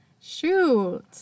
Shoot